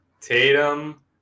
Tatum